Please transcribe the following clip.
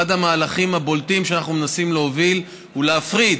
אחד המהלכים הבולטים שאנחנו מנסים להוביל הוא להפריד